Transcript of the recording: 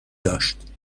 داشت